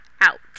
out